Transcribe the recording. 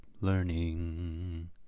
Learning